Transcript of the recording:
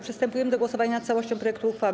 Przystępujemy do głosowania nad całością projektu uchwały.